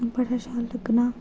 बड़ा शैल लग्गना